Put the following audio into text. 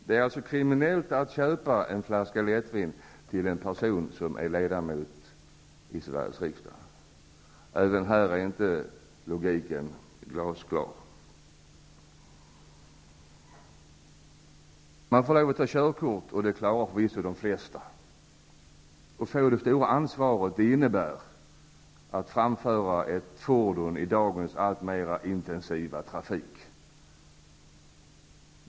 Det är då alltså kriminellt att köpa en flaska lättvin till en person som är ledamot av Sveriges riksdag. Inte heller här är logiken glasklar. Vid 18 års ålder får man ta körkort, och det klarar förvisso de flesta. Att få det stora ansvaret innebär att framföra ett fordon i dagens alltmer intensiva trafik.